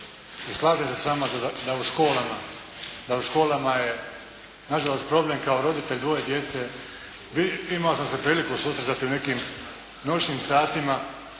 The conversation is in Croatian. I slažem se sa vama da u školama je nažalost problem kao roditelj dvoje djece, imao sam se priliku susretati u nekim noćnim satima,